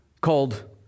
called